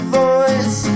voice